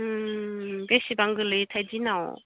बिसिबां गोग्लैयोथाय दिनाव